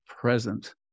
present